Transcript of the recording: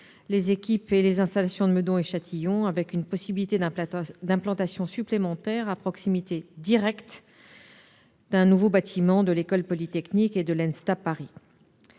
les équipes et les installations de Meudon et Châtillon, avec une possibilité d'implantations supplémentaires à proximité directe d'un nouveau bâtiment de l'École polytechnique et de l'École